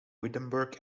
wittenberg